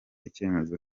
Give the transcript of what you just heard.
icyemezo